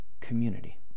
community